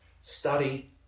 Study